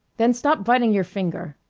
then stop biting your finger!